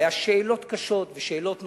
היו שאלות קשות ושאלות נוקבות.